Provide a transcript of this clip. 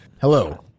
Hello